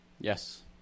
Yes